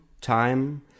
time